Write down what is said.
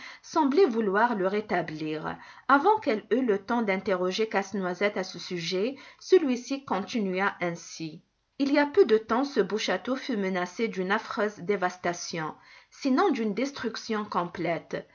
semblaient vouloir le rétablir avant qu'elle eût le temps d'interroger casse-noisette à ce sujet celui-ci continua ainsi il y a peu de temps ce beau château fut menacé d'une affreuse dévastation sinon d'une destruction complète